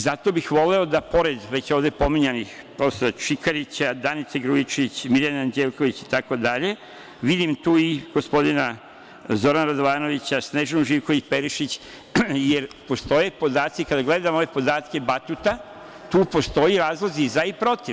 Zato bih voleo da pored već ovde pominjanih Čikarića, Danice Grujičić, Mirjane Anđelković itd, vidim tu i gospodina Zorana Radovanovića, Snežanu Živković Perišić, jer postoje podaci, kada gledamo ove podatke „Batuta“, tu postoje razlozi i za i protiv.